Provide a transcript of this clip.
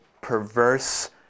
perverse